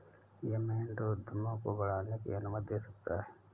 M and A उद्यमों को बढ़ाने की अनुमति दे सकता है